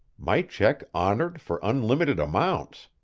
my check honored for unlimited amounts!